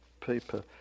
paper